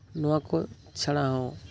ᱱᱚᱣᱟᱠᱚ ᱪᱷᱟᱲᱟ ᱦᱚᱸ